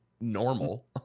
normal